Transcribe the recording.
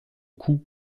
coups